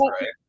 right